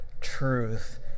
truth